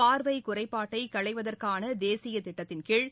பார்வை குறைபாட்டை களைவதற்கான தேசிய திட்டத்தின்கீழ்